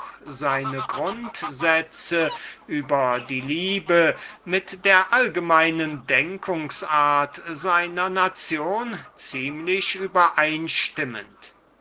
seine grundsätze über die liebe mit der allgemeinen denkungsart seiner nation ganz übereinstimmend